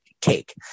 cake